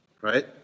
right